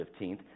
15th